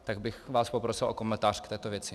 Tak bych vás poprosil o komentář k této věci.